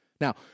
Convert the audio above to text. Now